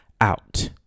out